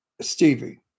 Stevie